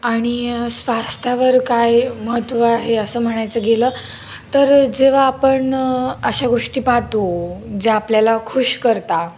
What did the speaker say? आणि स्वास्थ्यावर काय महत्त्व आहे असं म्हणायचं गेलं तर जेव्हा आपण अशा गोष्टी पाहतो ज्या आपल्याला खुश करता